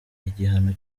igihano